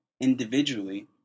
individually